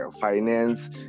finance